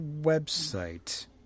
website